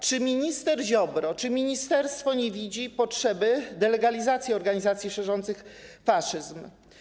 Czy minister Ziobro, czy ministerstwo nie widzi potrzeby delegalizacji organizacji szerzących faszyzm?